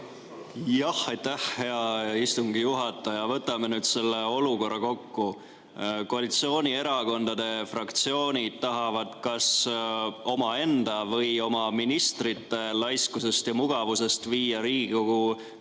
palun! Aitäh, hea istungi juhataja! Võtame nüüd selle olukorra kokku. Koalitsioonierakondade fraktsioonid tahavad kas omaenda või oma ministrite laiskusest ja mugavusest viia Riigikogu